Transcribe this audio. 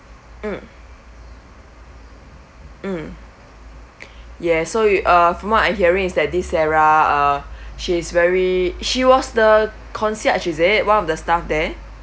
mm mm yeah so you uh from what I'm hearing is that this sarah uh she's very she was the concierge is it one of the staff there